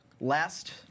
last